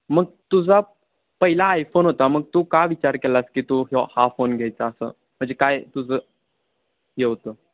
मग तुझा पहिला आयफोन होता मग तू का विचार केलास की तू ह्या हा फोन घ्यायचा असं म्हणजे काय तुझं हे होतं